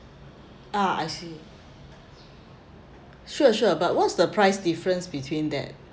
ah I see sure sure but what's the price difference between that